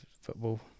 football